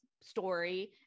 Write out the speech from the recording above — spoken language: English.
story